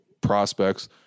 prospects